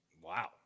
Wow